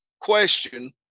question